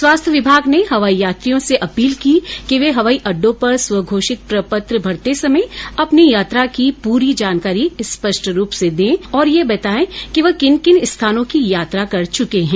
स्वास्थ्य विभाग ने हवाई यात्रियों से अपील की है कि वे हवाई अड्डों पर स्वघोषित प्रपत्र भरते समय अपनी यात्रा की पूरी जानकारी स्पष्ट रूप से दें और यह बताएं कि वह किन किन स्थानों की यात्रा कर चुके है